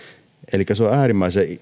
elikkä se on äärimmäisen